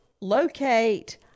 locate